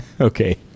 Okay